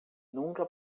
nunca